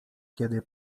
kiedy